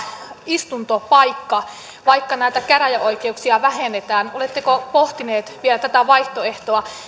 istuntopaikka vaikka näitä käräjäoikeuksia vähennetään oletteko pohtineet vielä tätä vaihtoehtoa